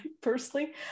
personally